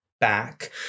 back